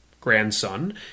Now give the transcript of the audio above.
grandson